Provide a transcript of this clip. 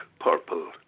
purple